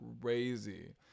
crazy